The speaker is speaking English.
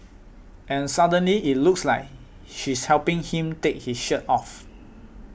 and suddenly it looks like she's helping him take his shirt off